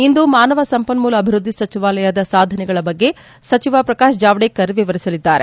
ಇಂದು ಮಾನವ ಸಂಪನ್ಮೂಲ ಅಭಿವೃದ್ದಿ ಸಚಿವಾಲಯದ ಸಾಧನೆಗಳ ಬಗ್ಗೆ ಸಚಿವ ಪ್ರಕಾಶ್ ಜಾವಡೇಕರ್ ವಿವರಿಸಲಿದ್ದಾರೆ